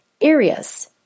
areas